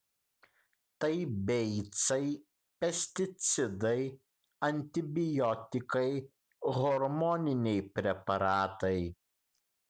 tai beicai pesticidai antibiotikai hormoniniai preparatai